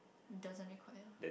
doesn't require